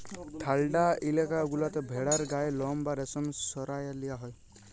ঠাল্ডা ইলাকা গুলাতে ভেড়ার গায়ের লম বা রেশম সরাঁয় লিয়া হ্যয়